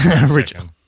Original